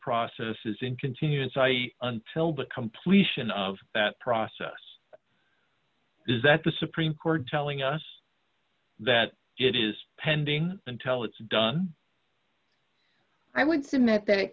process is in continuous i e until the completion of that process is that the supreme court telling us that it is pending and tell it's done i would submit that